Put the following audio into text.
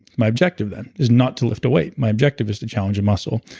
my objective then is not to lift a weight my objective is to challenge a muscle.